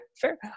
fair